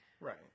Right